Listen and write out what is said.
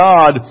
God